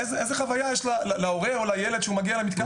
איזו חוויה יש להורה או לילד שמגיע למתקן כזה?